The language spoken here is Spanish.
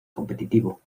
competitivo